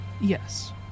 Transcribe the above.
Yes